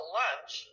lunch